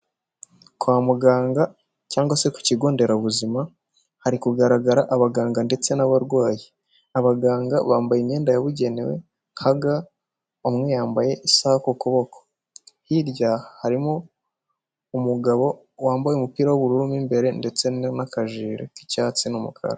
Kwa muganga cyangwa se ku kigo nderabuzima hari kugaragara abaganga ndetse n'abarwayi, abaganga bambaye imyenda yabugenewe nka ga umwe yambaye isaha ku kuboko, hirya harimo umugabo wambaye umupira w'ubururu n'imbere ndetse n'akajire k'icyatsi n'umukara.